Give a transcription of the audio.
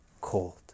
cold